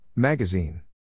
Magazine